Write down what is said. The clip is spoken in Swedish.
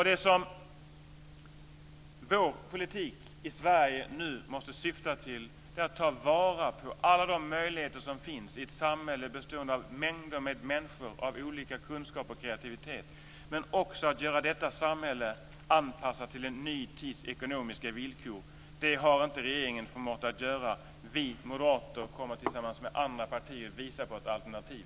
Det vår politik i Sverige nu måste syfta till är att ta vara på alla de möjligheter som finns i ett samhälle bestående av mängder av människor med olika kunskap och kreativitet, men också att göra detta samhälle anpassat till en ny tids ekonomiska villkor. Det har inte regeringen förmått göra. Vi moderater kommer tillsammans med andra partier att visa på ett alternativ.